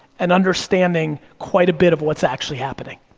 and understanding quite a bit of what's actually happening.